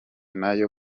nayo